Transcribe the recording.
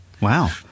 Wow